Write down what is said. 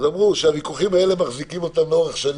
אמרו שהוויכוחים האלה מחזיקים אותם לאורך שנים.